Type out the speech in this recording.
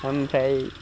ओमफ्राय